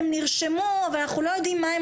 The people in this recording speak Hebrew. הם נרשמו אבל אנחנו לא יודעים מה הם